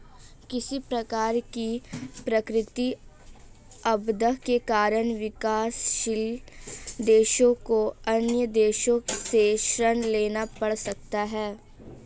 किसी प्रकार की प्राकृतिक आपदा के कारण विकासशील देशों को अन्य देशों से ऋण लेना पड़ सकता है